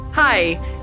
Hi